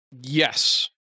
Yes